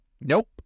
Nope